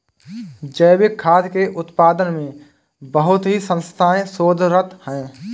जैविक खाद्य के उत्पादन में बहुत ही संस्थाएं शोधरत हैं